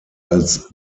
als